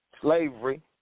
slavery